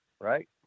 right